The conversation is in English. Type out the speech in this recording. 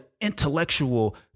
intellectual